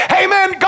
amen